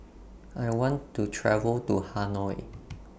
I want to travel to Hanoi